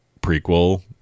prequel